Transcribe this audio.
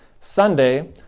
Sunday